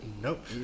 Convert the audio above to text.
Nope